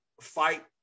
fight